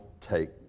take